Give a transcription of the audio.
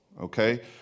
okay